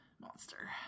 Monster